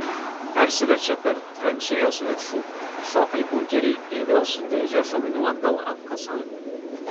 persiverčia per tranšėjos viršų įšoka į bunkerį ir vėl su dėže šovinių atgal apkasan